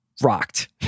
rocked